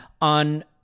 on